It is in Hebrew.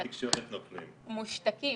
מושתקים.